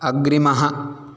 अग्रिमः